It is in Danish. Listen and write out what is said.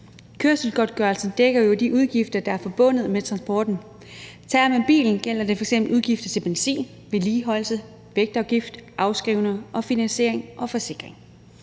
Kørselsgodtgørelsen dækker jo de udgifter, der er forbundet med transporten. Tager man bilen, gælder det f.eks. udgifter til benzin, vedligeholdelse, vægtafgift, afskrivning, finansiering og forsikring.